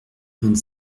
vingt